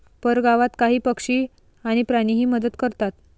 परगावात काही पक्षी आणि प्राणीही मदत करतात